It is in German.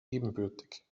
ebenbürtig